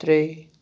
ترٛےٚ